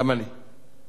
גם אני.